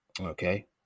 Okay